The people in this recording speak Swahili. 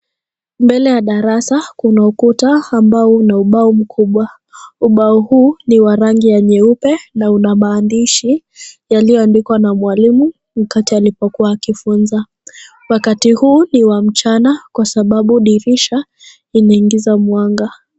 Mbele ya darasa kuna ukuta ambao una ubao mkubwa. Ubao huu ni wa rangi ya nyeupe na una maandishi yaliyoandikwa na mwalimu wakati alipokuwa akifunza. Wakati huu ni wa mchana kwa sababu dirisha inaingiza mwanga.